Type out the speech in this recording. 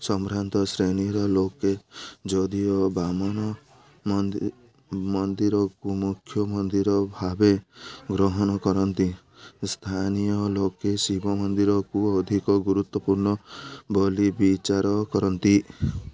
ସମ୍ଭ୍ରାନ୍ତ ଶ୍ରେଣୀର ଲୋକେ ଯଦିଓ ବାମନ ମନ୍ଦିରକୁ ମୁଖ୍ୟ ମନ୍ଦିର ଭାବେ ଗ୍ରହଣ କରନ୍ତି ସ୍ଥାନୀୟ ଲୋକେ ଶିବ ମନ୍ଦିରକୁ ଅଧିକ ଗୁରୁତ୍ୱପୂର୍ଣ୍ଣ ବୋଲି ବିଚାର କରନ୍ତି